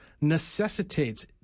necessitates